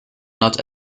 not